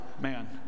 Man